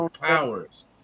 powers